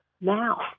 now